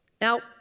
Now